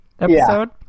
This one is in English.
episode